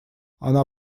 она